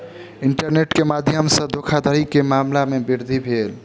internet के माध्यम सॅ धोखाधड़ी के मामला में वृद्धि भेल